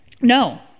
No